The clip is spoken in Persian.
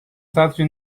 سطری